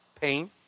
pain